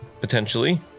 potentially